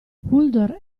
uldor